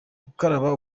gukaraba